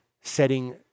setting